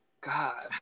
God